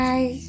Bye